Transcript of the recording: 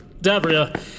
Dabria